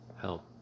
help